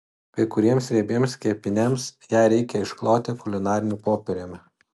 kai kuriems riebiems kepiniams ją reikia iškloti kulinariniu popieriumi